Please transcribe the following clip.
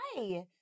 hi